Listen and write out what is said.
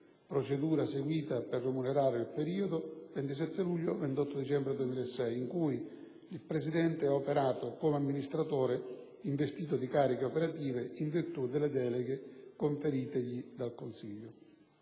procedura seguita per remunerare il periodo 27 luglio-28 dicembre 2006, in cui il Presidente ha operato come amministratore investito di cariche operative in virtù delle deleghe conferitegli dal consiglio.